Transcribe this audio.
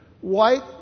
white